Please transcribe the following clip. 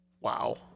Wow